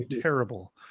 terrible